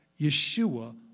Yeshua